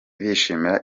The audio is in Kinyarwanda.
bishimira